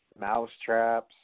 Mousetraps